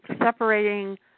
separating